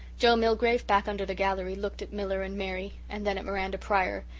joe milgrave, back under the gallery, looked at miller and mary and then at miranda pryor,